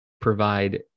provide